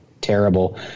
terrible